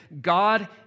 God